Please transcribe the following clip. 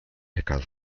hacker